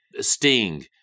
Sting